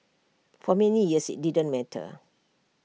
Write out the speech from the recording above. for many years IT didn't matter